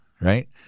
right